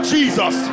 Jesus